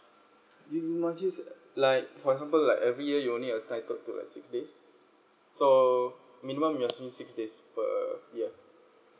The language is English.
you must use like for example like every year you only entitle to uh six days so minimum you're only six days per year